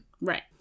Right